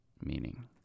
meaning